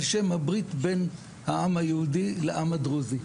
על שם הברית בין העם היהודי לעם הדרוזי,